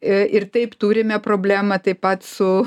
ir taip turime problemą taip pat su